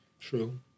True